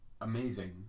amazing